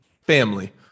family